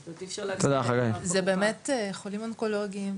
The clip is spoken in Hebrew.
זה באמת חולים אונקולוגים,